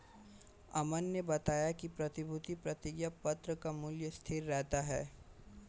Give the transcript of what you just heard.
अमन ने बताया कि प्रतिभूति प्रतिज्ञापत्र का मूल्य स्थिर रहता है